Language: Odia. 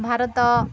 ଭାରତ